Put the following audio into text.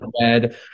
red